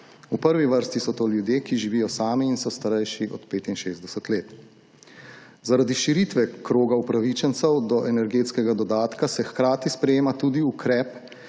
V prvi vrsti so to ljudje, ki živijo sami in so starejših od 65. let. Zaradi širitve kroga upravičencev do energetskega dodatka se hkrati sprejema tudi ukrep,